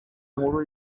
nkuru